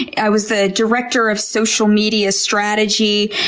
i was the director of social media strategy.